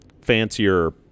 Fancier